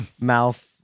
Mouth